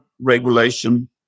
regulation